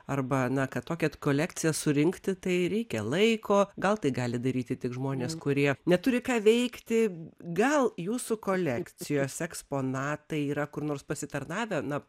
arba na kad tokią kolekciją surinkti tai reikia laiko gal tai gali daryti tik žmonės kurie neturi ką veikti gal jūsų kolekcijos eksponatai yra kur nors pasitarnavę na